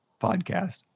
podcast